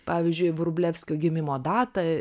pavyzdžiui vrublevskio gimimo datą